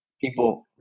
people